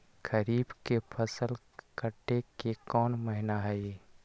खरीफ के फसल के कटे के कोंन महिना हई?